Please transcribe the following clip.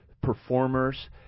performers